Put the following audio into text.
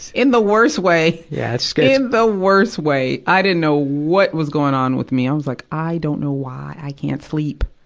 in the worst way. yeah in and the worst way. i didn't know what was going on with me. i was, like, i don't know why i can't sleep,